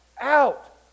out